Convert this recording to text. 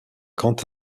quant